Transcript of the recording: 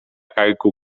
karku